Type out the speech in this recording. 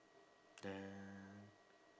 and